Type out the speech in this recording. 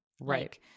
Right